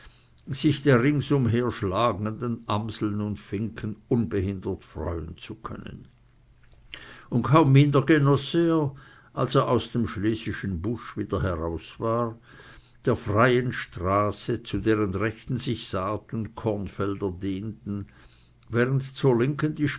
sich der ringsumher schlagenden amseln und finken unbehindert freuen zu können und kaum minder genoß er als er aus dem